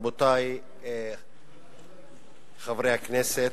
רבותי חברי הכנסת,